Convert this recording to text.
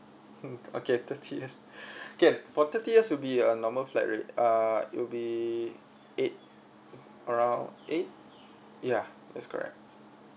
mm okay thirty years okay for thirty years will be a normal flat rate uh it will be eight around eight yeah that's correct